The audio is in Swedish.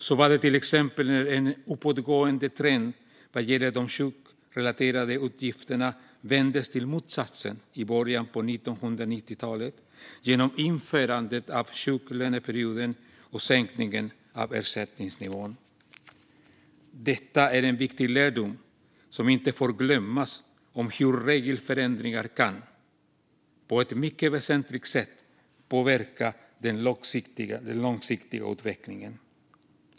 Så var det till exempel när en uppåtgående trend vad gäller de sjukrelaterade utgifterna vändes till motsatsen i början av 1990-talet genom införandet av sjuklöneperioden och sänkningen av ersättningsnivån. Det är en viktig lärdom som inte får glömmas om hur regelförändringar på ett mycket väsentligt sätt kan påverka den långsiktiga utvecklingen.